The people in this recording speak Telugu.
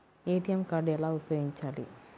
ఏ.టీ.ఎం కార్డు ఎలా ఉపయోగించాలి?